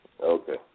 Okay